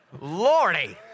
Lordy